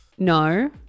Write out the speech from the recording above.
No